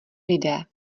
lidé